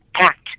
act